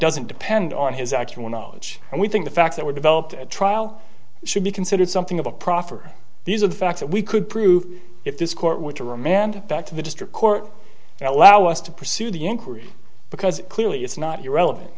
doesn't depend on his actual knowledge and we think the facts that were developed at trial should be considered something of a proffer these are the facts that we could prove if this court with a remand back to the district court and allow us to pursue the inquiry because clearly it's not your relevant